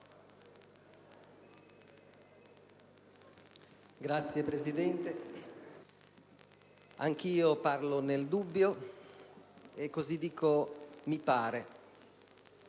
Signor Presidente, anch'io parlo nel dubbio e così dico: «mi pare».